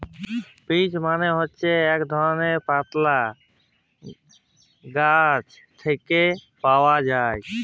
peach মালে হছে ইক ধরলের পাতলা গাহাচ থ্যাকে পাউয়া যায়